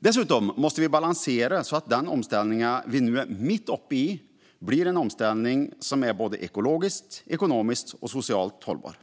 Dessutom måste vi balansera så att den omställning vi nu är mitt uppe i blir en omställning som är ekologiskt, ekonomiskt och socialt hållbar.